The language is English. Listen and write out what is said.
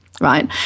right